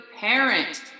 Parent